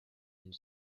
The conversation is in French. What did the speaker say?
une